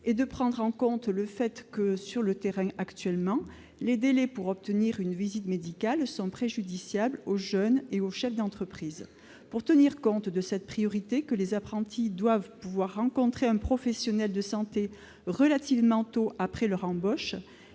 et de prendre en compte le fait que, sur le terrain, actuellement, les délais pour obtenir une visite médicale sont préjudiciables aux jeunes et aux chefs d'entreprise. Pour tenir compte de cette priorité que les apprentis doivent pouvoir rencontrer un professionnel de santé relativement tôt après leur embauche